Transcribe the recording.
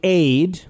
aid